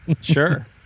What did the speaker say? Sure